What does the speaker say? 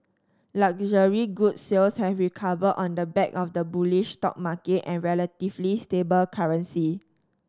luxury goods sales have recovered on the back of the bullish stock market and relatively stable currency